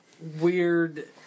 weird